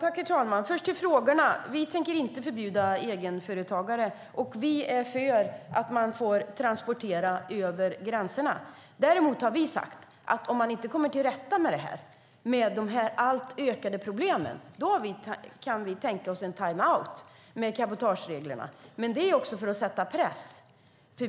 Herr talman! Först till frågorna. Vi tänker inte förbjuda egenföretagare, och vi är för att man får transportera över gränserna. Vi har dock sagt att om man inte kommer till rätta med de ökande problemen kan vi tänka oss en timeout för cabotagereglerna för att sätta press.